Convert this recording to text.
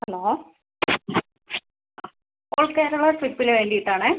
hello all Kerala ട്രിപ്പിന് വേണ്ടിയിട്ടായിരുന്നേ